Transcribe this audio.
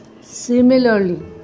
Similarly